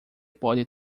pode